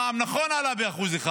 המע"מ, נכון שעלה ב-1%,